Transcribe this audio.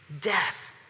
death